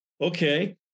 Okay